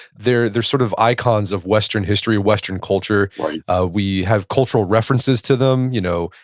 they're they're sort of icons of western history, western culture right ah we have cultural references to them, you know,